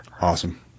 Awesome